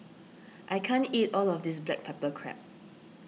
I can't eat all of this Black Pepper Crab